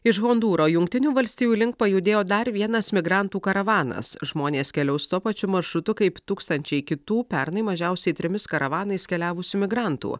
iš hondūro jungtinių valstijų link pajudėjo dar vienas migrantų karavanas žmonės keliaus tuo pačiu maršrutu kaip tūkstančiai kitų pernai mažiausiai trimis karavanais keliavusių migrantų